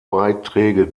beiträge